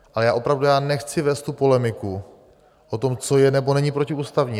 A opravdu já nechci vést tu polemiku o tom, co je nebo není protiústavní.